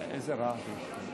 איזה רעש יש.